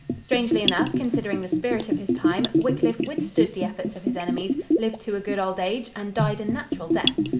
strangely enough, considering the spirit of his time, wyclif withstood the efforts of his enemies, lived to a good old age, and died a natural death.